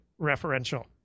referential